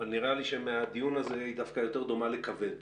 אבל נראה לי שמהדיון הזה הו דווקא יותר דומות לכבד.